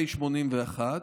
פ/81/25,